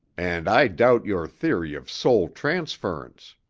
and i doubt your theory of soul transference.